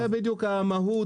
זאת בדיוק המהות.